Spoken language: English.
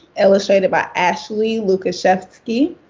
illustrated by ashley lukashevsky,